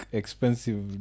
expensive